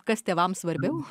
kas tėvams svarbiau